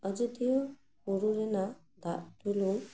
ᱟᱡᱚᱫᱤᱭᱟᱹ ᱵᱩᱨᱩ ᱨᱮᱱᱟᱜ ᱫᱟᱜ ᱫᱩᱱᱩᱞ